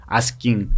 asking